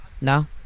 No